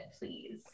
please